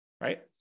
right